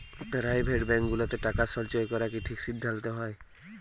private bank গুলাতে টাকা সল্চয় ক্যরা কি ঠিক সিদ্ধাল্ত হ্যয়